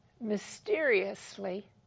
mysteriously